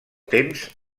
temps